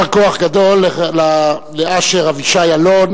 יישר כוח גדול לאשר אבישי אלון.